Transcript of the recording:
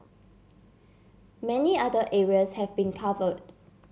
many other areas have been covered